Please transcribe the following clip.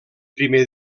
primer